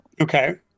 Okay